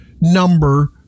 number